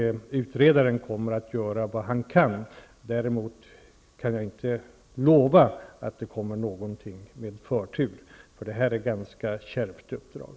Utredaren kommer att göra vad han kan. Däremot kan jag inte lova att det kommer någonting med förtur. Detta är ett ganska kärvt uppdrag.